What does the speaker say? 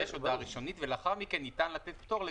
יש הודעה ראשונית ולאחר מכן ניתן לתת פטור.